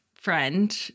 friend